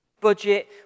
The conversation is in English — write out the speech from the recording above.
budget